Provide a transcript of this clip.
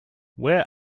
where